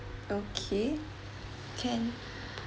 okay can